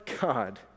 God